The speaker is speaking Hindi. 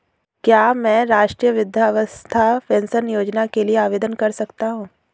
क्या मैं राष्ट्रीय वृद्धावस्था पेंशन योजना के लिए आवेदन कर सकता हूँ?